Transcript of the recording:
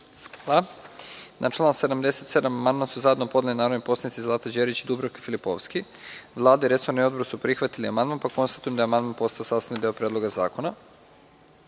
Hvala. Na član 77. amandman su zajedno podneli narodni poslanici Zlata Đerić i Dubravka Filipovski. Vlada i resorni odbor su prihvatili amandman. Konstatujem da je amandman postao sastavni deo Predloga zakona. Da